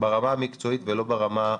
ברמה המקצועית ולא ברמה הפופוליסטית.